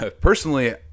personally